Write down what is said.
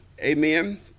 amen